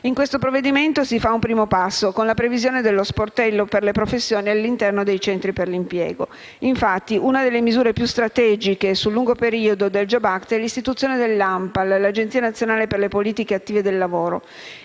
in esame si compie un primo passo, con la previsione dello sportello per le professioni, all'interno dei centri per l'impiego. Infatti, una delle misure più strategiche sul lungo periodo del *jobs act* è l'istituzione dell'Agenzia nazionale per le politiche attive del lavoro